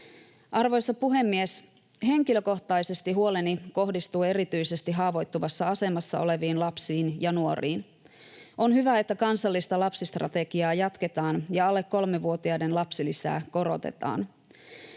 Arvoisa puhemies! Henkilökohtaisesti huoleni kohdistuu erityisesti haavoittuvassa asemassa oleviin lapsiin ja nuoriin. On hyvä, että kansallista lapsistrategiaa jatketaan ja alle kolmevuotiaiden lapsilisää korotetaan.